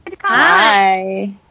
Hi